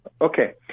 Okay